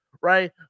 Right